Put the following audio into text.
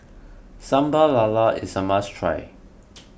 Sambal Lala is a must try